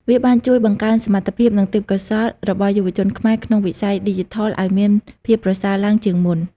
វាបានជួយបង្កើនសមត្ថភាព និងទេពកោសល្យរបស់យុវជនខ្មែរក្នុងវិស័យឌីជីថលឲ្យមានភាពប្រសើរឡើងជាងមុន។